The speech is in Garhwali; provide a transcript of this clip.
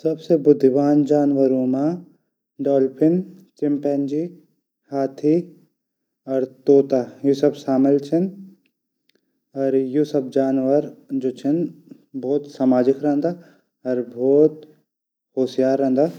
सबसे बुद्धिमान जानवर मा डाल्फिन चिंपैंजी हाथी तोता शामिल छन और इ सब जानवर बहुत सामाजिक रैंदा। और बहुत होशियार रैंदा।